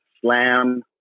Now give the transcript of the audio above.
slam